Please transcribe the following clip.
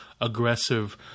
aggressive